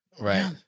Right